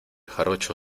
jarocho